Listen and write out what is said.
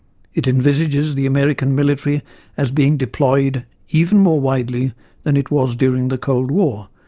it envisages the american military as being deployed even more widely than it was during the cold war,